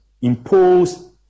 impose